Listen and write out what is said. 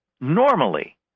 normally